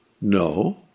No